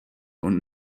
und